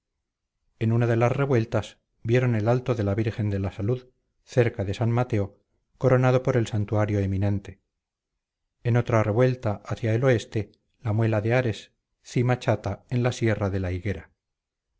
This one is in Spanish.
en una de las revueltas vieron el alto de la virgen de la salud cerca de san mateo coronado por el santuario eminente en otra revuelta hacia el oeste la muela de ares cima chata en la sierra de la higuera